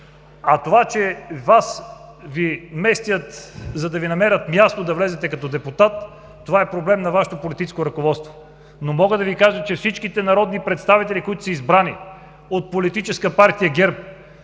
А това, че Вас Ви местят, за да Ви намерят място да влезете като депутат, това е проблем на Вашето политическо ръководство. Но мога да Ви кажа, че всички народни представители, които са избрани от Политическа партия ГЕРБ,